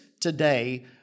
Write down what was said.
today